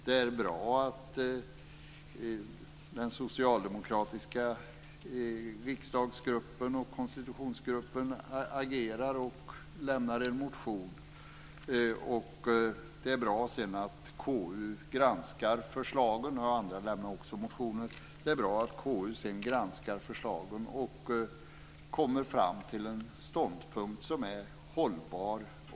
Det är bra att den socialdemokratiska riksdagsgruppen och konstitutionsgruppen så att säga agerar och avlämnar en motion. Vidare är det bra att KU sedan granskar förslagen och kommer fram till en ståndpunkt som är hållbar.